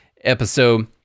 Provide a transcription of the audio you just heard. episode